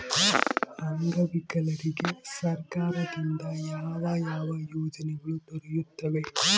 ಅಂಗವಿಕಲರಿಗೆ ಸರ್ಕಾರದಿಂದ ಯಾವ ಯಾವ ಯೋಜನೆಗಳು ದೊರೆಯುತ್ತವೆ?